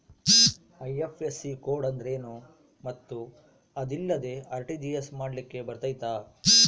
IFSC code ಅಂದ್ರೇನು ಮತ್ತು ಅದಿಲ್ಲದೆ ಆರ್.ಟಿ.ಜಿ.ಎಸ್ ಮಾಡ್ಲಿಕ್ಕೆ ಬರ್ತೈತಾ?